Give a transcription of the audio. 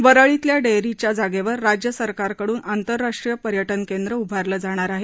वरळीतल्या डेअरीच्या जागेवर राज्य सरकारकडून आंतरराष्ट्रीय पर्यटन केंद्र उभारलं जाणार आहे